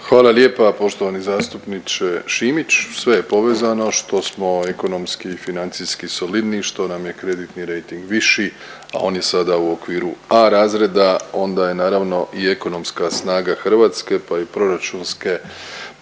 Hvala lijepa poštovani zastupniče Šimić. Sve je povezano što smo ekonomski i financijski solidniji, što nam je kreditni rejting viši, a on je sada u okviru A razreda, onda je naravno i ekonomska snaga Hrvatske, pa i proračunske mogućnosti